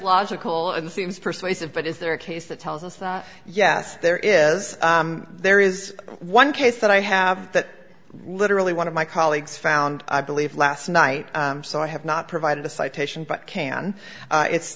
logical and seems persuasive but is there a case that tells us that yes there is there is one case that i have that literally one of my colleagues found i believe last night so i have not provided a citation but can it's